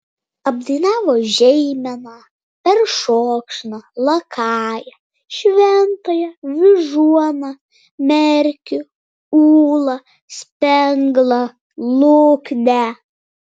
apdainavo žeimeną peršokšną lakają šventąją vyžuoną merkį ūlą spenglą luknę